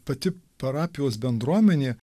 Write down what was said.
pati parapijos bendruomenė